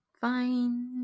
Fine